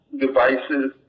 devices